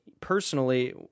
personally